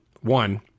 One